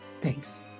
Thanks